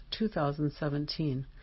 2017